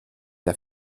der